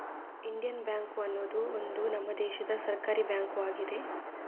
Indian Bank ಅನ್ನುದು ಒಂದು ನಮ್ಮ ದೇಶದ ಸರ್ಕಾರೀ ಬ್ಯಾಂಕು ಆಗಿದೆ